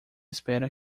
espera